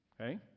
Okay